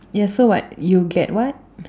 yeah so what you get what